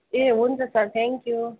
ए हुन्छ sir thank you